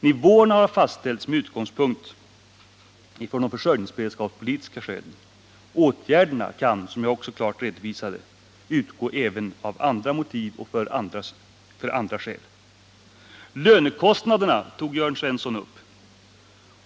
Nivåerna har fastställts med utgångspunkt i försörjningsberedskapspolitiska skäl, men åtgärderna kan, som jag också klart redovisade utgå även av andra motiv och för andra ändamål. Lönekostnaderna tog Jörn Svensson upp.